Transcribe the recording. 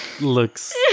looks